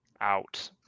out